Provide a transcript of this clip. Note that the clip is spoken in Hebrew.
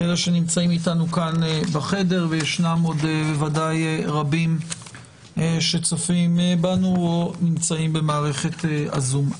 יש עוד ודאי רבים שצופים בנו או נמצאים במערכת ה-זום.